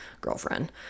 girlfriend